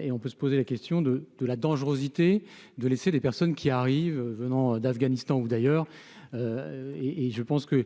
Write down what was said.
et on peut se poser la question de de la dangerosité de laisser des personnes qui arrivent venant d'Afghanistan ou d'ailleurs et et je pense que